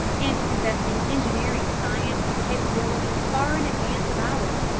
and possessing engineering science and capabilities far in advance of ours,